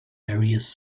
various